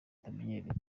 atamenyereye